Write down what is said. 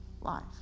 life